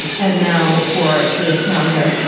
and and now for for the schnauzer.